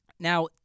Now